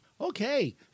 Okay